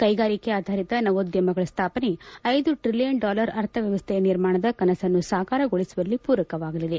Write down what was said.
ಕೈಗಾರಿಕೆ ಆಧಾರಿತ ನವೋದ್ಯಮಗಳ ಸ್ಥಾಪನೆ ಐದು ಟ್ರಲಿಯನ್ ಡಾಲರ್ ಅರ್ಥವ್ಯವಸ್ಥೆಯ ನಿರ್ಮಾಣದ ಕನಸನ್ನು ಸಾಕಾರಗೊಳಿಸುವಲ್ಲಿ ಪೂರಕವಾಗಲಿದೆ